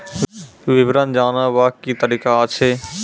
विवरण जानवाक की तरीका अछि?